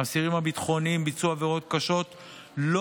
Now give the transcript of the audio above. האסירים הביטחוניים ביצעו עבירות קשות לא